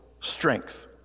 strength